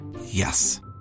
Yes